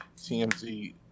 TMZ